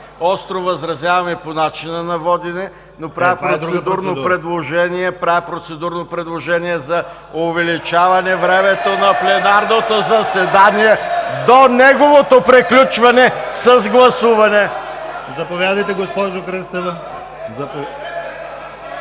Остро възразявам и по начина на водене, но правя процедурно предложение за увеличаване времето на пленарното заседание до неговото приключване с гласуване! (Много силен